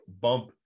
bump